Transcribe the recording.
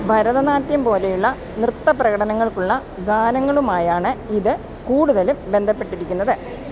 ഭരതനാട്യം പോലെയുള്ള നൃത്ത പ്രകടനങ്ങൾക്കുള്ള ഗാനങ്ങളുമായാണ് ഇത് കൂടുതലും ബന്ധപ്പെട്ടിരിക്കുന്നത്